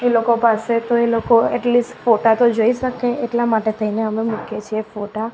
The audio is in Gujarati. એ લોકો પાસે તો એ લોકો એટલીસ્ટ ફોટા તો જોઈ શકે એટલા માટે થઈને અમે મૂકીએ છીએ ફોટા